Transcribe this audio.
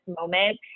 moment